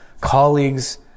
colleagues